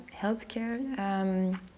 healthcare